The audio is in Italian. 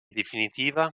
definitiva